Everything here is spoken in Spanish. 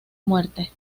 muerte